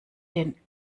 den